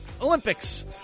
Olympics